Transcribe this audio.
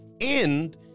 end